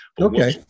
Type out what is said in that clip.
Okay